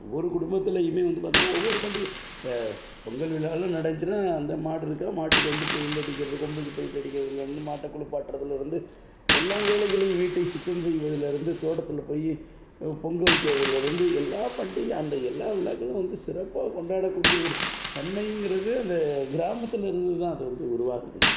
ஒவ்வொரு குடும்பத்திலையுமே வந்து பார்த்தோன்னா ஒவ்வொரு பண்டிகை இப்போ பொங்கல் விழாலாம் நடந்துச்சுன்னால் அந்த மாடு இருக்குதுன்னா மாட்டுக்கு வந்து பெயிண்ட் அடிக்கிறது கொம்புக்கு பெயிண்ட் அடிக்கிறதுலிருந்து மாட்டை குளிப்பாட்டிறதுலருந்து எல்லா வேலைகளையும் வீட்டை சுத்தம் செய்வதிலருந்து தோட்டத்தில் போல் பொங்கல் வைக்கிறதுலேருந்து எல்லா பண்டிகை அந்த எல்லா விழாக்களும் வந்து சிறப்பாக கொண்டாடக்கூடிய ஒரு தன்மைங்கிறதே அந்தக் கிராமத்தில் இருந்து தான் அது வந்து உருவாகுதுங்க